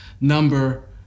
number